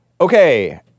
Okay